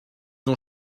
ont